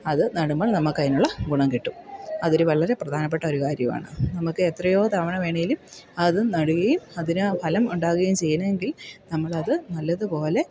അതു നടുമ്പോൾ നമുക്കതിനുള്ള ഗുണം കിട്ടും അതൊരു വളരെ പ്രധാനപ്പെട്ടൊരു കാര്യമാണ് നമുക്ക് എത്രയോ തവണ വേണമെങ്കിലും അത് നടുകയും അതിന് ഫലം ഉണ്ടാകുകയും ചെയ്യണമെങ്കിൽ നമ്മളത് നല്ലതു പോലെ